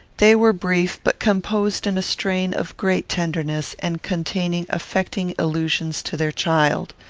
they were brief, but composed in a strain of great tenderness, and containing affecting allusions to their child.